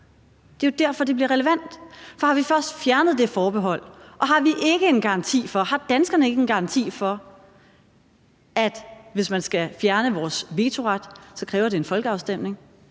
Det er jo derfor, at det bliver relevant. For har vi først fjernet det forbehold, og har vi og danskerne ikke en garanti for, at det, hvis man skal fjerne vores vetoret, kræver en folkeafstemning,